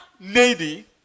lady